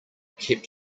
kept